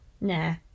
Nah